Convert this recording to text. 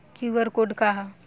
QR code का ह?